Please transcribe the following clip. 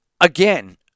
again